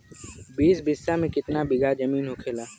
बीस बिस्सा में कितना बिघा जमीन होखेला?